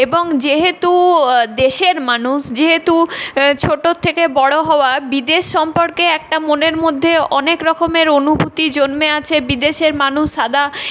এবং যেহেতু দেশের মানুষ যেহেতু ছোটোর থেকে বড়ো হওয়া বিদেশ সম্পর্কে একটা মনের মধ্যে অনেক রকমের অনুভূতি জন্মে আছে বিদেশের মানুষ সাদা